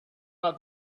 about